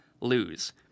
lose